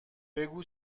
بگو